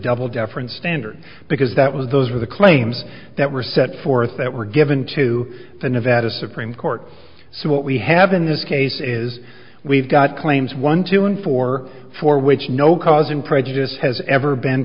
double deference standard because that was those were the claims that were set forth that were given to the nevada supreme court so what we have in this case is we've got claims one two and four for which no cause and prejudice has ever been